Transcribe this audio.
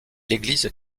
l’église